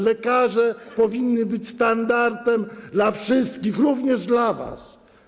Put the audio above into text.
Lekarze powinni być standardem dla wszystkich, również dla was.